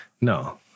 No